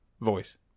voice